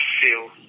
feel